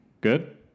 Good